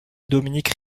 dominique